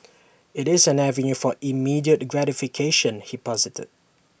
IT is an avenue for immediate gratification he posited